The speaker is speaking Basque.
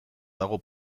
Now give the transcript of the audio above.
dago